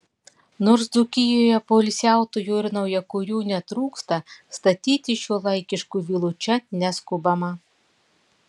nors dzūkijoje poilsiautojų ir naujakurių netrūksta statyti šiuolaikiškų vilų čia neskubama